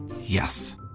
Yes